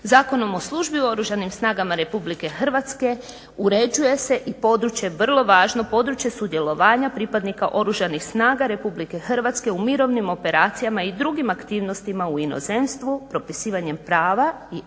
Zakonom o službi u Oružanim snagama RH uređuje se i područje vrlo, vrlo važno područje sudjelovanja pripadnika Oružanih snaga RH u mirovnim operacijama i drugim aktivnostima u inozemstvu, propisivanjem prava i obveza